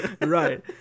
Right